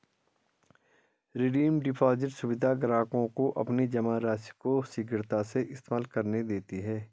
redeem deposit सुविधा ग्राहकों को अपनी जमा राशि को शीघ्रता से इस्तेमाल करने देते है